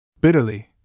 Bitterly